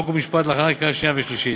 חוק ומשפט להכנה לקריאה שנייה ושלישית.